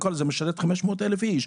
בית החולים משרת 500 אלף אנשים,